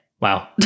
Wow